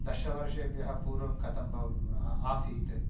दशवर्षेभ्यः पूर्वं कथं भवति आसीत्